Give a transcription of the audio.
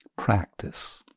Practice